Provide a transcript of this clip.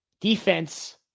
Defense